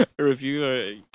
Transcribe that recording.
review